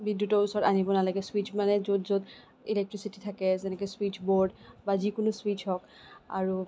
বিদ্যুতৰ ওচৰত আনিব নালাগে ছুইটচ মানে য'ত য'ত ইলেক্ট্ৰিচিটি থাকে যেনেকে চুইটচ বৰ্ড বা যিকোনো ছুইটচ হওক আৰু